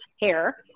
hair